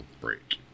break